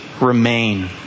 Remain